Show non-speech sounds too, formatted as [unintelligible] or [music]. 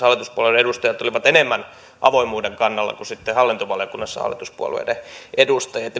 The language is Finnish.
[unintelligible] hallituspuolueiden edustajat olivat enemmän avoimuuden kannalla kuin sitten hallintovaliokunnassa hallituspuolueiden edustajat [unintelligible]